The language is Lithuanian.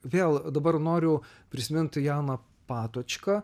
vėl dabar noriu prisimint janą patočką